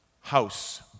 house